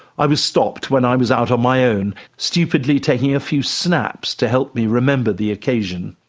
i was stopped when i was out on my own, stupidly taking a few snaps to help me remember the occasion.